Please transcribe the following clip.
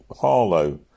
Harlow